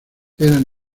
eran